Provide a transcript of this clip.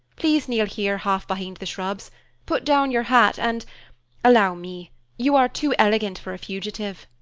please kneel here, half behind the shrubs put down your hat, and allow me you are too elegant for a fugitive.